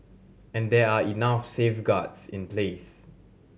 and there are enough safeguards in place